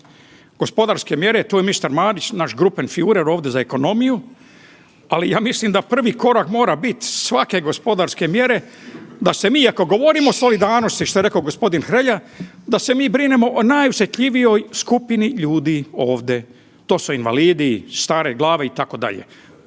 Gospodarske mjere, tu je mister Marić naš … ovdje za ekonomiju, ali ja mislim da prvi korak mora bit svake gospodarske mjere da se mi ako govorimo o solidarnosti što je rekao gospodin Hrelja, da se mi brinemo o najosjetljivijoj skupini ljudi ovdje, to su invalidi, stare glave itd. to je